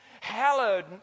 hallowed